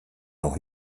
auch